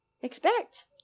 Expect